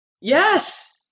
Yes